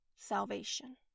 salvation